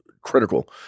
critical